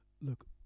Look